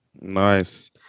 nice